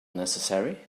necessary